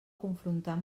confrontar